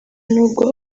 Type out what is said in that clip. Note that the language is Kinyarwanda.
nubwo